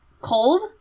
Cold